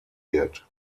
wird